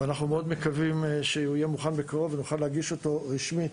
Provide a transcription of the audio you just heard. אנחנו מאוד מקווים שיהיה מוכן בקרוב ונוכל להגיש אותו רשמית